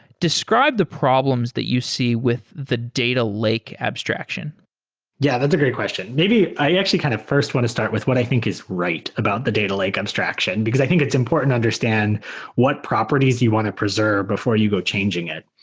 describe the problems that you see with the data lake abstraction yeah. that's a great question. maybe i actually kind of first want to start with what i think is right about the data lake abstraction, because i think it's important to understand what properties you want to preserve before you go changing it.